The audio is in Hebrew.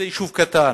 זה יישוב קטן.